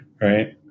right